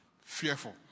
Fearful